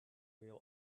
real